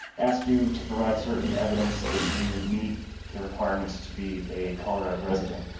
ask you to provide certain evidence that you meet the requirements to be a colorado resident.